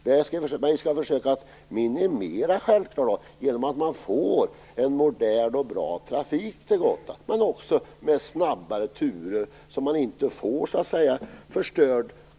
De skall vi försöka att minimera genom att man får en modern och bra trafik till Gotland med snabbare turer så att man inte får gods eller material förstört.